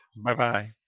Bye-bye